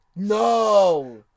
No